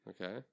Okay